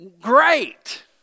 great